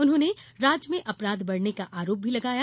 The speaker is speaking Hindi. उन्होंने राज्य में अपराध बढ़ने का आरोप भी लगाया